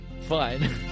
Fine